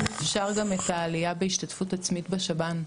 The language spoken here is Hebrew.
אם אפשר גם את העלייה בהשתתפות עצמית בשב"ן.